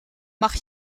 mag